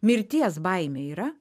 mirties baimė yra